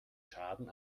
schaden